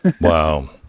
Wow